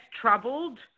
troubled